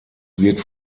wird